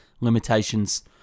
limitations